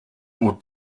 would